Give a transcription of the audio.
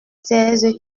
seize